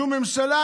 זו ממשלה